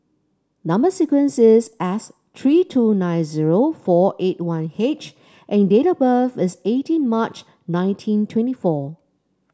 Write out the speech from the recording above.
number sequence is S three two nine zero four eight one H and date of birth is eighteen March nineteen twenty four